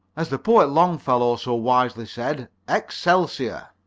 as the poet longfellow so wisely said excelsior.